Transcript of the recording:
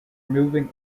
moving